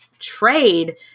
trade